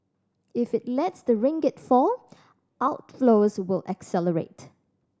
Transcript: if it lets the ringgit fall outflows will accelerate